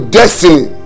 destiny